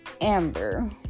Amber